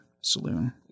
saloon